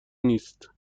نیست